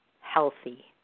healthy